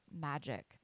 magic